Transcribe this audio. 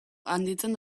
handitzen